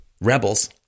rebels